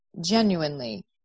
genuinely